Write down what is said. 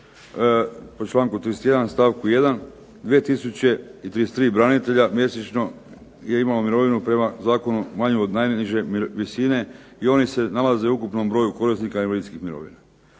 po članku 31. stavku 1. 2033 branitelja mjesečno je imalo mirovinu prema zakonu manju od najniže visine i oni se nalaze u ukupnom broju korisnika invalidskih mirovina.